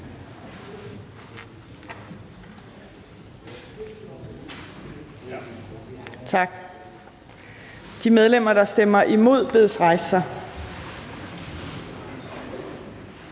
Tak. De medlemmer, der stemmer imod, bedes rejse